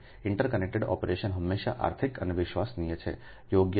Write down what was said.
interconnected operation હંમેશા આર્થિક અને વિશ્વસનીય છે યોગ્ય છે